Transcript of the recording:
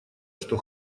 что